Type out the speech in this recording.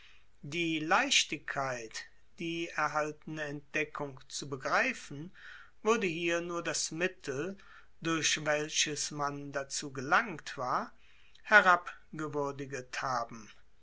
die leichtigkeit die erhaltene entdeckung zu begreifen würde hier nur das mittel durch welches man dazu gelangt war herabgewürdiget haben